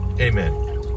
Amen